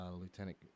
Lieutenant